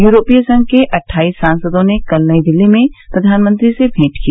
यूरोपीय संघ के अट्ठाईस सांसदों ने कल नई दिल्ली में प्रधानमंत्री से भेंट की